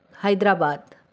Hyderabad